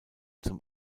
zum